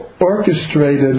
orchestrated